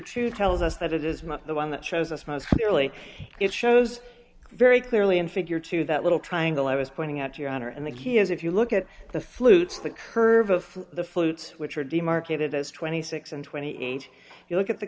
two tells us that it is not the one that shows us most dearly it shows very clearly in figure two that little triangle i was pointing out your honor and the key is if you look at the sleuth's the curve of the flutes which are demarcated as twenty six and twenty eight you look at the